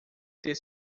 ter